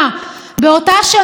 באותה שנה שעוד,